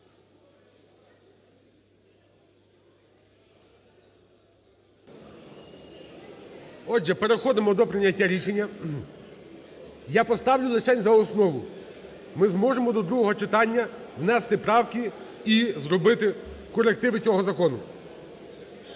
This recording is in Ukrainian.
Отже, переходимо до прийняття рішення. Я поставлю лишень за основу, ми зможемо до другого читання внести правки і зробити корективи цього закону.